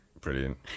Brilliant